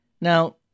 Now